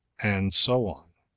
and so on.